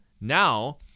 Now